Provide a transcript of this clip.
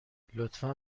لطفا